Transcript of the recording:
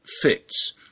fits